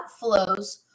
outflows